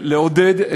מיקי,